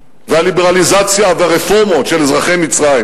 והליברליזציה והרפורמות של אזרחי מצרים,